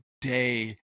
day